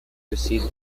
precede